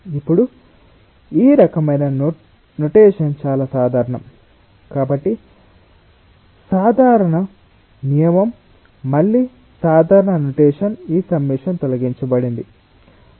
ఇప్పుడు ఈ రకమైన నొటేషన్ చాలా సాధారణం కాబట్టి సాధారణ నియమం మళ్ళీ సాధారణ నొటేషన్ ఈ సమ్మషన్ తొలగించబడింది